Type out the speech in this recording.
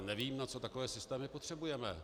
Nevím, na co takové systémy potřebujeme.